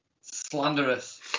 Slanderous